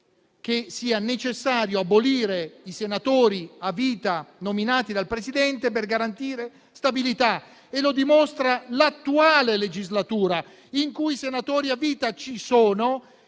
che sia necessario abolire i senatori a vita nominati dal Presidente per garantire stabilità; lo dimostra l'attuale legislatura, in cui i senatori a vita ci sono